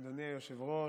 אדוני היושב-ראש,